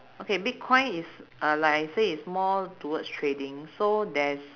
okay bitcoin is uh like I say is more towards trading so there's